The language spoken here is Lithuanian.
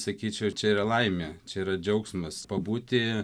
sakyčiau čia yra laimė čia yra džiaugsmas pabūti